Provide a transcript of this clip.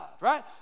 right